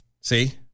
See